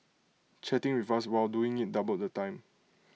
chatting with us while doing IT doubled the time